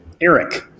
Eric